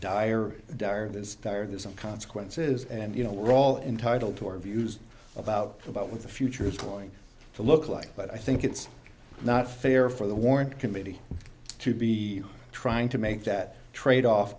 is dire there's some consequences and you know we're all entitled to our views about about what the future is going to look like but i think it's not fair for the warrant committee to be trying to make that trade off